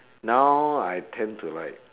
now I tend to like